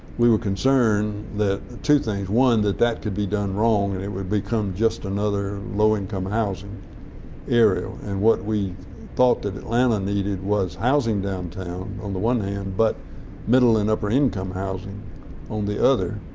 we were concerned that two things. one, that that could be done wrong and it would become just another low income housing area, and what we thought that atlanta needed was housing downtown on the one hand, but middle and upper income housing on the other,